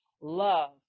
Love